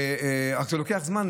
אך זה לוקח זמן.